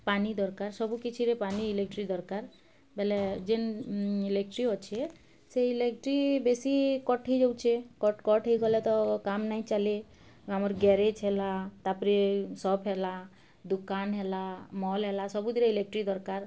ପାନି ଦରକାର ସବୁକିଛିରେ ପାନି ଇଲେକ୍ଟ୍ରି ଦରକାର ବେଲେ ଯେନ୍ ଇଲେକ୍ଟ୍ରି ଅଛେ ସେ ଇଲେକ୍ଟ୍ରି ବେଶୀ କଟ୍ ହେଇଯାଉଛେ କଟ୍ ହେଇଗଲେ ତ କାମ ନାହିଁ ଚାଲେ ଆମର ଗ୍ୟାରେଜ୍ ହେଲା ତା'ପରେ ସପ୍ ହେଲା ଦୋକାନ ହେଲା ମଲ୍ ହେଲା ସବୁଥିରେ ଇଲେକ୍ଟ୍ରି ଦରକାର